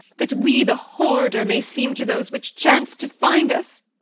that we the horrider may seem to those which chance to find us.